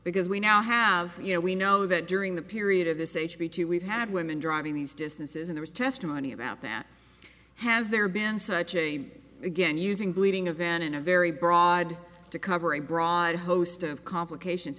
because we now have you know we know that during the period of this h b two we've had women driving these distances and there is testimony about that has there been such a again using bleeding a van in a very broad to cover a broad host of complications